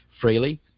freely